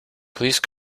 please